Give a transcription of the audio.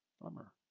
Bummer